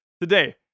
today